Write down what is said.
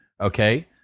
okay